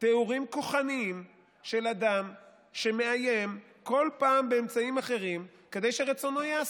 תיאורים כוחניים של אדם שמאיים כל פעם באמצעים אחרים כדי שרצונו ייעשה,